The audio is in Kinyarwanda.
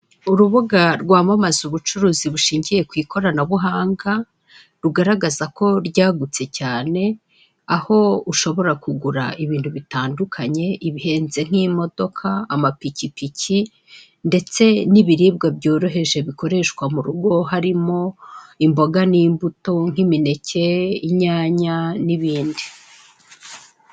Urubuga rwamamaza ubucuruzi bushingiye ku ikoranabuhanga, rugaragaza ko ryagutse cyane, aho ushobora kugura ibintu bitandukanye, ibihenze nk'imodoka, amapikipiki, ndetse n'ibiribwa byiroheje, bikoreshwa mu rugo, harimo imboga n'imbuto, nk'imineke, inyanya, n'ibindi.